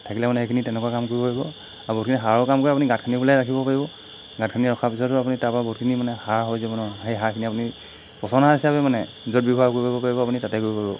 থাকিলে মানে এইখিনি তেনেকুৱা কাম কৰিব পাৰিব আৰু বহুতখিনি সাৰৰ কাম কৰি আপুনি গাঁত খান্দি পেলাই ৰাখিব পাৰিব গাঁত খান্দি ৰখাৰ পিছতো আপুনি তাৰপৰা বহুতখিনি মানে সাৰ হৈ যাব নহয় সেই সাৰখিনি আপুনি পচন হিচাপে মানে য'ত ব্যৱহাৰ কৰিব পাৰিব আপুনি তাতে গৈ পাৰিব